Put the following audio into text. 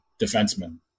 defenseman